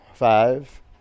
Five